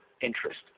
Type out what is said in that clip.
interest